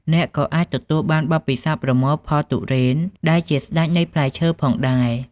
អ្នកក៏អាចទទួលបានបទពិសោធន៍ប្រមូលផលទុរេនដែលជាស្តេចនៃផ្លែឈើផងដែរ។